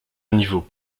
niveau